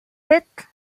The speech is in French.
tête